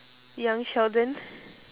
young sheldon